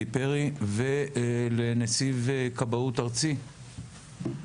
פרי ולנציב כבאות ארצי,